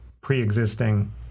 pre-existing